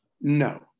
No